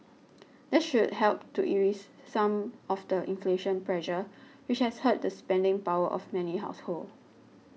that should help to ease some of the inflation pressure which has hurt the spending power of many households